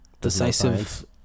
Decisive